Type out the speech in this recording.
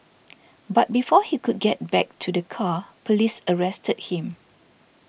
but before he could get back to the car police arrested him